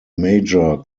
major